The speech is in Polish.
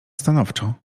stanowczo